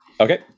Okay